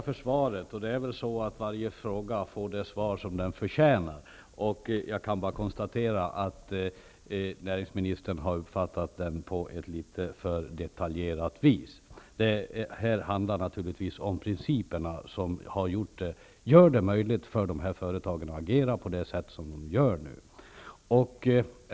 Fru talman! Jag tackar för svaret. Varje fråga får det svar den förtjänar. Näringsministern har uppfattat min fråga på en för detaljerad nivå. Frågan handlar naturligtvis om principerna, som gör det möjligt för företagen att agera så som har skett.